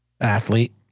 athlete